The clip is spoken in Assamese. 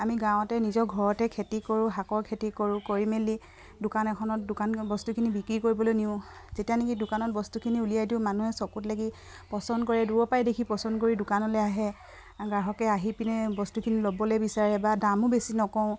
আমি গাঁৱতে নিজৰ ঘৰতে খেতি কৰোঁ শাকৰ খেতি কৰোঁ কৰি মেলি দোকান এখনত দোকান বস্তুখিনি বিক্ৰী কৰিবলে নিওঁ যেতিয়া নেকি দোকানত বস্তুখিনি উলিয়াই দিওঁ মানুহে চকুত লাগি পচন্দ কৰে দূৰৰ পৰাই দেখি পচন্দ কৰি দোকানলে আহে গ্ৰাহকে আহি পিনে বস্তুখিনি ল'বলে বিচাৰে বা দামো বেছি নকওঁ